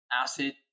Acid